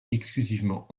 exclusivement